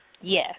Yes